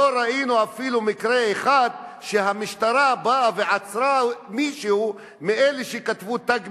לא ראינו אפילו מקרה אחד שהמשטרה באה ועצרה מישהו מאלה שכתבו "תג מחיר",